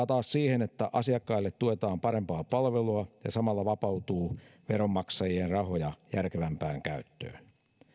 taas johtaa siihen että asiakkaille tuotetaan parempaa palvelua ja samalla vapautuu veronmaksajien rahoja järkevämpään käyttöön